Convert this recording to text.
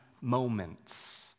moments